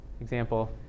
example